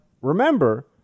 Remember